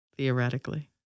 Theoretically